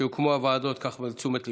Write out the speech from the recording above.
כשיוקמו הוועדות, קח זאת לתשומת ליבך.